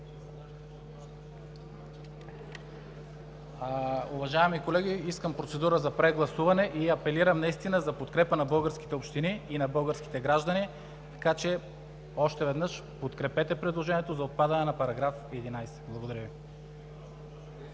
Уважаеми колеги, искам процедура за прегласуване и апелирам наистина за подкрепа на българските общини и на българските граждани. Още веднъж: подкрепете предложението за отпадане на § 11. Благодаря Ви.